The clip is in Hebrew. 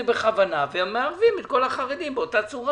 בכוונה ומערבים את כל החרדים באותה צורה.